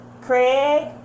Craig